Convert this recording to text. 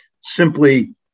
Simply